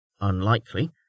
unlikely